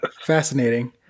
fascinating